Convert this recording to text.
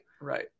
right